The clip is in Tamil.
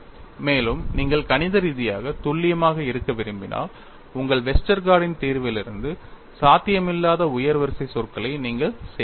மேலும் நீங்கள் கணித ரீதியாக துல்லியமாக இருக்க விரும்பினால் உங்கள் வெஸ்டர்கார்டின் Westergaard's தீர்விலிருந்து சாத்தியமில்லாத உயர் வரிசை சொற்களை நீங்கள் சேர்ப்பீர்கள்